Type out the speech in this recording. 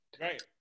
Right